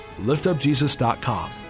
liftupjesus.com